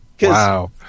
Wow